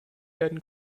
werden